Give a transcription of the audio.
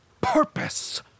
purpose